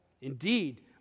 indeed